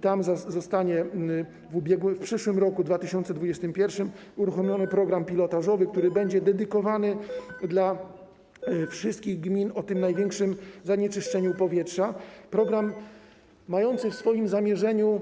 Tam zostanie w przyszłym roku, 2021 r., uruchomiony program pilotażowy, który będzie dedykowany dla wszystkich gmin o największym zanieczyszczeniu powietrza - program mający w swoim zamierzeniu